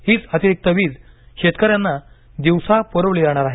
हीच अतिरिक्त वीज शेतकऱ्यांना दिवसा प्रवली जाणार आहे